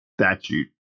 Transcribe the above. statute